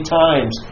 times